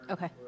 Okay